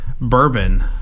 bourbon